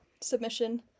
submission